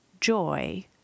joy